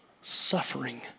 suffering